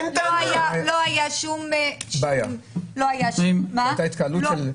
לא היה שום --- הייתה התקהלות?